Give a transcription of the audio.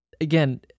again